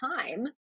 time